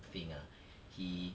thing ah he